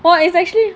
oh it's actually